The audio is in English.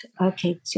okay